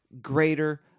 greater